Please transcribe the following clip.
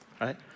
right